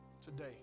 today